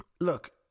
look